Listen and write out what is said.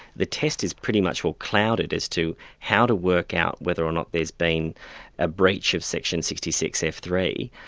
the test is pretty much all clouded as to how to work out whether or not there's been a breach of section sixty six f three,